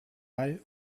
bij